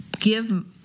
Give